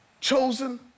Chosen